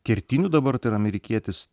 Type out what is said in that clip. kertiniu dabar tai yra amerikietis